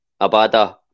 Abada